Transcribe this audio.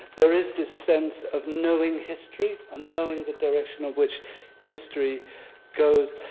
there is this sense of knowing history and knowing the direction of which history goes.